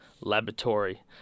laboratory